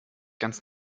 ganz